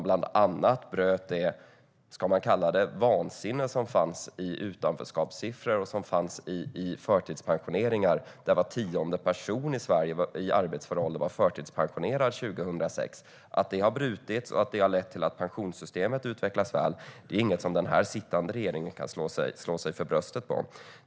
Bland annat bröt vi det vansinne och utanförskap som fanns i att var tionde person i arbetsför ålder i Sverige var förtidspensionerad 2006. Att det har brutits och lett till att pensionssystemet utvecklas väl är inget som sittande regering kan slå sig för bröstet för.